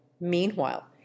Meanwhile